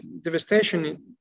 devastation